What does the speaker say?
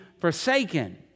forsaken